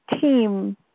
team